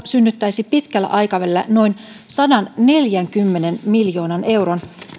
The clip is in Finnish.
synnyttäisi pitkällä aikavälillä noin sadanneljänkymmenen miljoonan euron